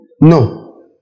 No